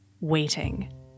waiting